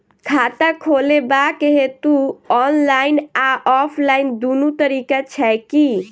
खाता खोलेबाक हेतु ऑनलाइन आ ऑफलाइन दुनू तरीका छै की?